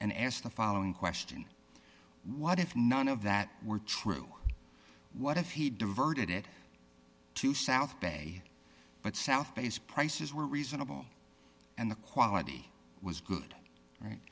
and ask the following question what if none of that were true what if he diverted it to south bay but south base prices were reasonable and the quality was good right